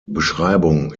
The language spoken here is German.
beschreibung